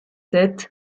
sept